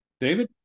david